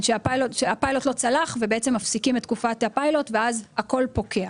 שהפיילוט לא צלח ובעצם מפסיקים את תקופת הפיילוט ואז הכל פוקע.